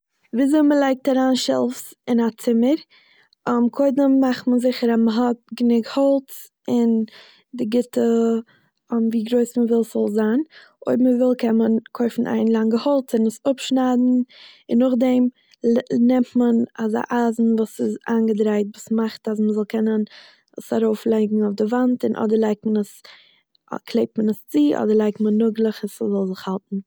וויזוי מ'לייגט אריין שעלווס אין א צומער? קודם מאכט מען זיכער אז מ'האט גענוג האלץ, און די גוטע- ווי גרויס מ'וויל ס'זאל זיין, אויב מ'וויל קען מען טרעפן איין לאנגע האלץ און עס אפשניידן, און נאכדעם נעמט מען אזא לאנגע אייזן וואס איז איינגעדרייט, מ'זאל עס ארויפקלעבן אויף די וואנט, און אדער לייגט מען עס- קלעבט מען עס צו, אדער לייגט מען נאגלעך אז ס'זאל זיך האלטן.